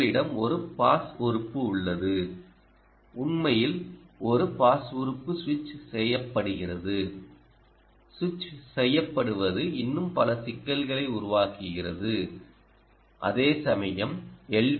உங்களிடம் ஒரு பாஸ் உறுப்பு உள்ளது உண்மையில் ஒரு பாஸ் உறுப்பு சுவிட்ச் செய்யப்படுகிறது சுவிட்ச் செய்யப்படுவது இன்னும் பல சிக்கல்களை உருவாக்குகிறது அதேசமயம் எல்